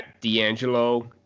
d'angelo